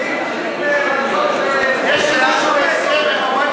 יש איזה הסכם עם הבית היהודי?